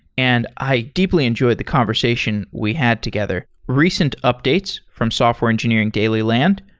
and i deeply enjoyed the conversation we had together. recent updates from software engineering daily land.